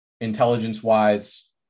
intelligence-wise